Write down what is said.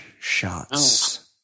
shots